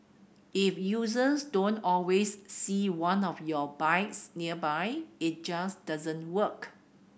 if users don't always see one of your bikes nearby it just doesn't work